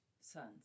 sons